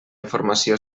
informació